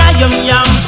yum-yum